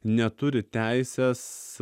neturi teisės